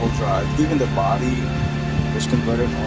even the body is converted